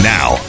Now